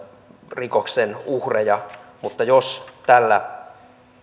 rikoksen uhreja mutta jos tällä